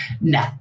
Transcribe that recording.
no